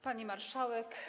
Pani Marszałek!